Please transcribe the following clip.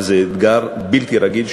וזה אתגר בלתי רגיל,